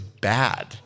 bad